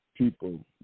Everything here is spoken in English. People